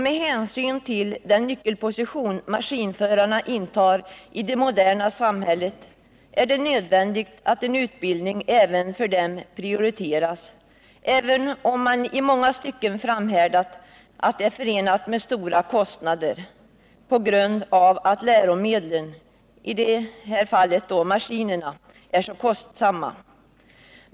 Med hänsyn till den nyckelposition maskinförarna intar i det moderna samhället är det nödvändigt att en utbildning även för dem prioriteras, även om man i många sammanhang hävdat att det är förenat med stora kostnader på grund av att ”läromedlen”, i detta fall maskinerna, är så kostsamma.